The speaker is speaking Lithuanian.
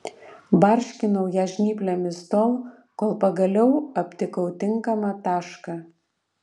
barškinau ją žnyplėmis tol kol pagaliau aptikau tinkamą tašką